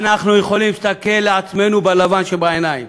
אנחנו יכולים להסתכל לעצמנו בלבן של העיניים.